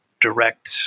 direct